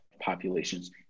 populations